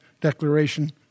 declaration